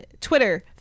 Twitter